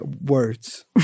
words